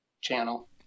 channel